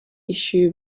issue